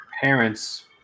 Parents